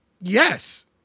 Yes